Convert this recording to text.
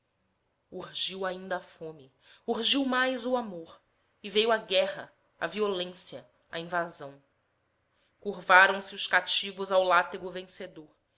urgiu ainda a fome urgiu mais o amor e veio a guerra a violência a invasão curvaram se os cativos ao látego vencedor